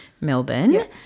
Melbourne